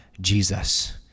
Jesus